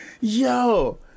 yo